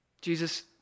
Jesus